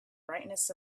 brightness